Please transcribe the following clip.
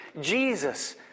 Jesus